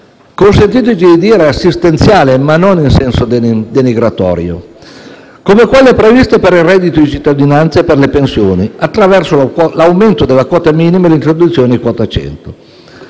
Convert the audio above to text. consentitemi di dire assistenziali, ma non in senso denigratorio, come quelle previste per il reddito cittadinanza e le pensioni, attraverso l'aumento della minime e l'introduzione di quota 100.